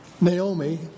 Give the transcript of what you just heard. Naomi